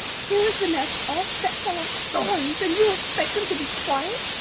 here is the nest all set full of thorns, and you expect them to be quiet.